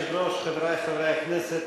חברי חברי הכנסת,